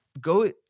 go